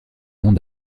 monts